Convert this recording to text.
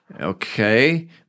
Okay